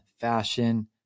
fashion